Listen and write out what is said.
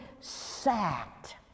Sat